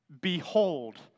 Behold